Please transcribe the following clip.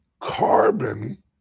carbon